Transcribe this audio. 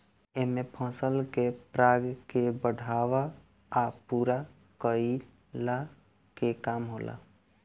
एमे फसल के पराग के बढ़ावला आ पूरा कईला के काम होला